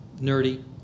nerdy